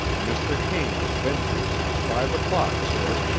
mr. kane has been here since five o'clock, sir.